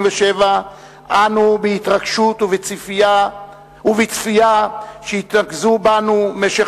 אנו בהתרגשות ובציפייה שהתנקזו בנו במשך